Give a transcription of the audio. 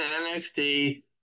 NXT